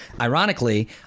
ironically